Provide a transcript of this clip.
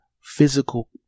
physical